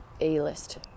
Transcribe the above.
A-list